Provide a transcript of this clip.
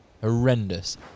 Horrendous